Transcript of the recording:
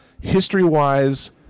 history-wise